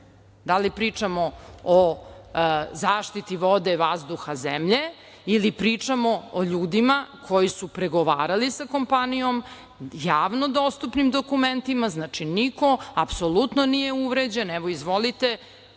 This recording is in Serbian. Da li pričamo o zaštiti vode, vazduha, zemlje ili pričamo o ljudima koji su pregovarali sa kompanijom, javno dostupnim dokumentima. Znači, apsolutno niko nije uvređen, evo, izvolite,